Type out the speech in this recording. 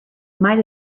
might